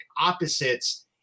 opposites –